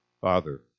Father